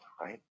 right